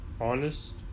Honest